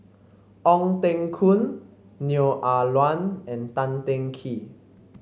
Ong Teng Koon Neo Ah Luan and Tan Teng Kee